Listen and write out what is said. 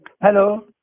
Hello